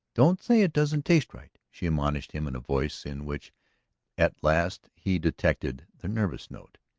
don't say it doesn't taste right! she admonished him in a voice in which at last he detected the nervous note.